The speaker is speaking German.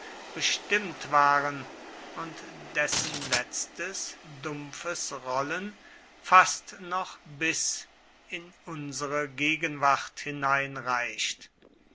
bestimmt waren und dessen letztes dumpfes rollen fast noch bis in unsere gegenwart hineinreicht